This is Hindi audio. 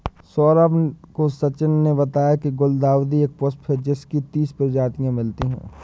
सौरभ को सचिन ने बताया की गुलदाउदी एक पुष्प है जिसकी तीस प्रजातियां मिलती है